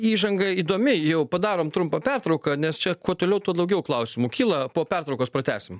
įžanga įdomi jau padarom trumpą pertrauką nes čia kuo toliau tuo daugiau klausimų kyla po pertraukos pratęsim